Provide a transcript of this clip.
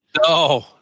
No